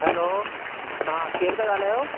hello हा केरु था ॻाल्हायो